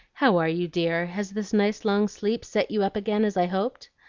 how are you, dear? has this nice long sleep set you up again as i hoped?